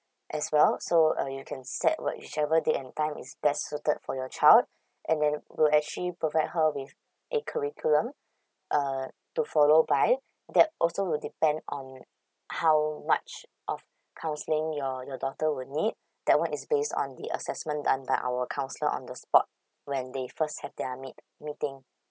as well so uh you can set uh whichever date and time is best suited for your child and then we'll actually provide her with a curriculum uh to follow by that also will depend on how what sh~ of counselling your your daughter would need that one is based on the assessment done by our counselor on the spot when they first have their meet meeting